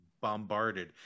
bombarded